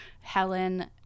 Helen